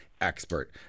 expert